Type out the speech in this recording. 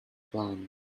plan